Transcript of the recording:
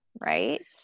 Right